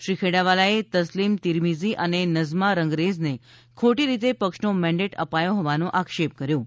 શ્રી ખેડાવાલાએ તસ્લીમ તીરમીઝી અને નઝમા રંગરેજને ખોટી રીતે પક્ષનો મેન્ડેટ અપાયો હોવાનો આક્ષેપ કર્યો છે